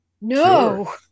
No